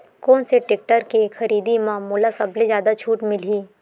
कोन से टेक्टर के खरीदी म मोला सबले जादा छुट मिलही?